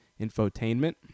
infotainment